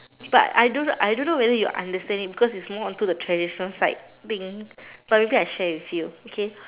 but I don't I don't know whether you understand it because it's more on to the traditional side thing but maybe I share with you okay